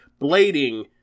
blading